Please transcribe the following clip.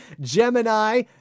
Gemini